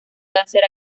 cáncer